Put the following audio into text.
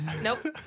Nope